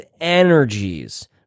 energies